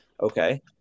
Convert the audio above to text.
okay